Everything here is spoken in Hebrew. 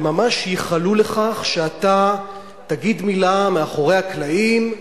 וממש ייחלו לכך שאתה תגיד מלה מאחורי הקלעים,